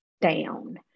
down